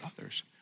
others